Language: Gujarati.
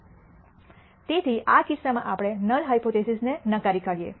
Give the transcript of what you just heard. તેથી આ કિસ્સામાં આપણે નલ હાયપોથીસિસને નકારી કાઢીયે